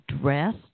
dress